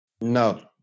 No